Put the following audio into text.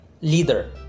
leader